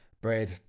Bread